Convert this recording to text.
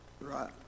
Right